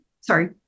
Sorry